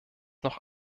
noch